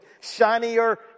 shinier